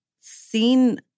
seen